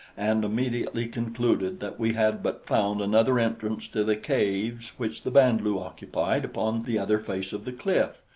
and immediately concluded that we had but found another entrance to the caves which the band-lu occupied upon the other face of the cliff.